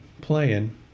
playing